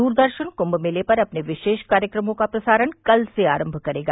दूरदर्शन कुंभ मेले पर अपने विशेष कार्यक्रमों का प्रसारण कल से आरंभ करेगा